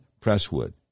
Presswood